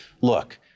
look